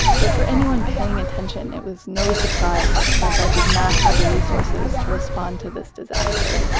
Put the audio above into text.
but for anyone paying attention, it was no surprise that prepa did not have the resources to respond to this disaster.